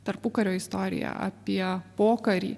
tarpukario istoriją apie pokarį